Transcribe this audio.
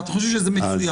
ואתם חושבים שזה מצוין,